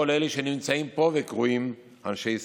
לאלה שנמצאים פה וקרואים אנשי שמאל: